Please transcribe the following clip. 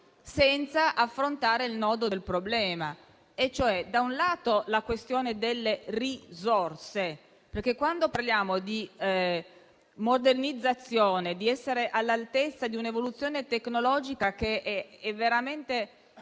senza affrontare il nodo del problema. Da un lato, vi è infatti la questione delle risorse, perché quando parliamo di modernizzazione e di essere all'altezza di un'evoluzione tecnologica che ha una